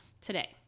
Today